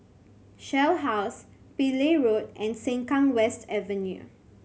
Shell House Pillai Road and Sengkang West Avenue